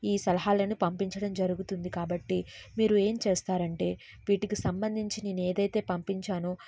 ఈ సలహాలను పంపించడం జరుగుతుంది కాబట్టి మీరు ఏం చేస్తారంటే వీటికి సంబంధించి నేను ఏదైతే పంపించానో